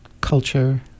culture